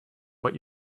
but